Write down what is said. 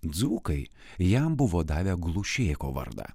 dzūkai jam buvo davę glušėko vardą